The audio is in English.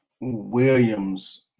Williams